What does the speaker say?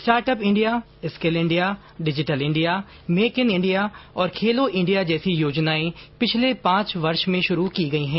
startup India skill India digital India make in India और Khelo India जैसी योजनाएं पिछले पांच वर्ष में शुरू की गई हैं